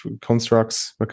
constructs